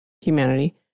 humanity